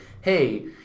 hey